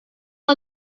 all